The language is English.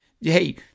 hey